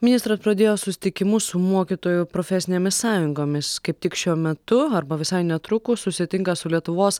ministras pradėjo susitikimus su mokytojų profesinėmis sąjungomis kaip tik šiuo metu arba visai netrukus susitinka su lietuvos